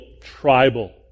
tribal